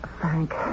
Frank